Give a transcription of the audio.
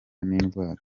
n’indwara